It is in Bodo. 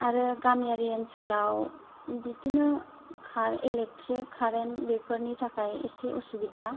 आरो गामिआरि ओनसोलाव बिदिनो कार इलेकट्रिक कारेन्ट बेफोरनि थाखाय एसे उसुबिदा